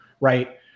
right